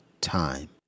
time